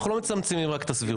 אנחנו לא מצמצמים רק את הסבירות.